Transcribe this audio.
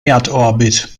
erdorbit